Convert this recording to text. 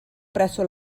presso